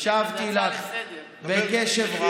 הקשבתי לך בקשב רב,